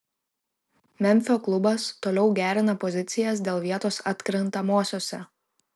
memfio klubas toliau gerina pozicijas dėl vietos atkrintamosiose